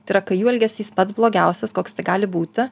tai yra kai jų elgesys pats blogiausias koks tik gali būti